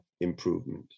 improvement